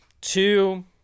two